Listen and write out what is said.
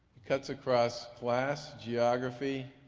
it cuts across class, geography,